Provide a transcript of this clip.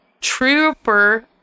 trooper